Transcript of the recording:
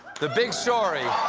the big story